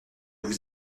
vous